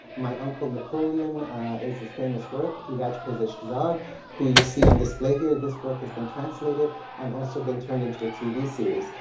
my uncle napoleon is his famous work, iraj pezeshkzad who you see on display here. this work has been translated and also been turned into a tv series.